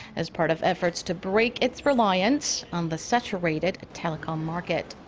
as part of efforts to break its reliance on the saturated telecom market.